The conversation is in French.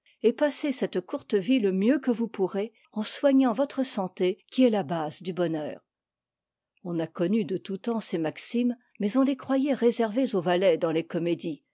et passez cette courte vie le mieux que vous pourrez en soignant votre santé qui est la base du bonheur on a connu de tout temps ces maximes mais on les croyait réservées aux valets dans les comédies